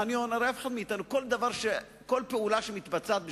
הרי כל פעולה שמתבצעת בשבת,